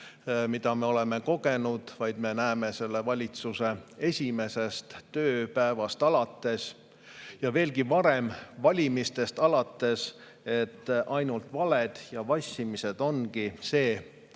mida me oleme kogenud, vaid me näeme selle valitsuse esimesest tööpäevast alates ja oleme näinud veelgi varem, valimistest alates, et ainult valed ja vassimised ongi see,